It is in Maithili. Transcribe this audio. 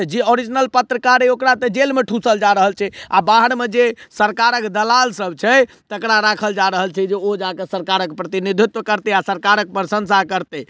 तऽ जे ओरिजिनल पत्रकार अछि ओकरा तऽ जेलमे ठूसल जा रहल छै आओर बाहरमे जे सरकारक दलाल सब छै तकरा राखल जा रहल छै जे ओ जाकऽ सरकारक प्रतिनिधित्व करतइ आओर सरकारक प्रशंसा करतइ